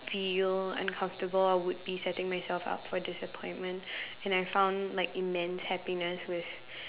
feel uncomfortable I would be setting myself up for disappointment and I found like immense happiness with